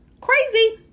Crazy